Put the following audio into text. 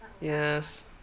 Yes